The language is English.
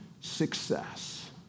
success